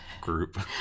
group